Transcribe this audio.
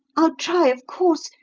i'll try, of course,